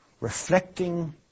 reflecting